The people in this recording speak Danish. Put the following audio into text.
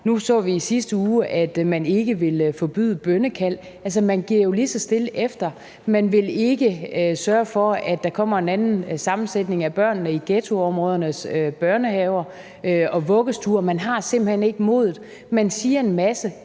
vi så i sidste uge, at man ikke vil forbyde bønnekald. Altså, man giver jo lige så stille efter. Man vil ikke sørge for, at der kommer en anden sammensætning af børnene i ghettoområdernes børnehaver og vuggestuer – man har simpelt hen ikke modet. Man siger en masse,